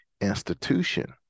institution